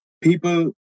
people